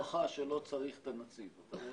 זו ההוכחה שלא צריך את הנציב.